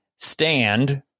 stand